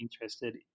interested